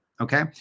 Okay